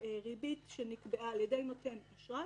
בריבית שנקבעה על ידי נותן אשראי.